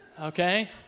Okay